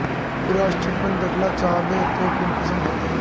पूरा स्टेटमेंट देखला चाहबे तो कुंसम होते?